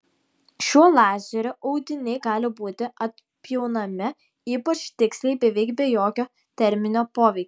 šiuo lazeriu audiniai gali būti atpjaunami ypač tiksliai beveik be jokio terminio poveikio